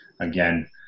again